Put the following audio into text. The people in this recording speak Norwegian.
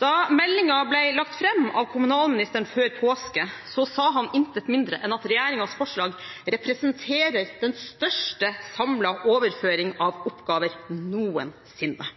Da meldingen ble lagt fram av kommunalministeren før påske, sa han intet mindre enn at regjeringens forslag representerer den største samlede overføring av oppgaver noensinne.